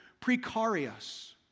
precarious